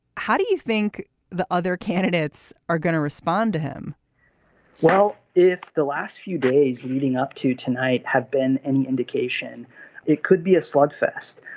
how do you think the other candidates are going to respond to him well if the last few days leading up to tonight have been any indication it could be a slugfest.